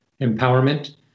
empowerment